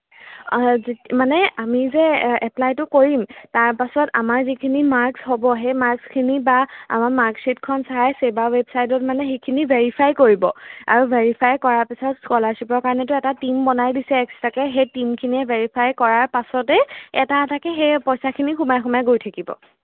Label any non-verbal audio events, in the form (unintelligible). (unintelligible) মানে আমি যে এপ্লাইটো কৰিম তাৰপাছত আমাৰ যিখিনি মাৰ্কচ হ'ব সেই মাৰ্কচখিনি বা আমাৰ মাৰ্কশ্বিটখন চাই ছেবা ৱেবচাইটত মানে সেইখিনি ভেৰিফাই কৰিব আৰু ভেৰিফাই কৰা পাছত স্কলাৰশ্বিপৰ কাৰণেটো এটা টীম বনাই দিছে এক্সট্ৰাকৈ সেই টীমখিনিয়ে ভেৰিফাই কৰা পাছতে এটা এটাকৈ সেই পইচাখিনি সোমাই সোমাই গৈ থাকিব